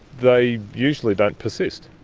they usually don't persist.